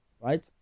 right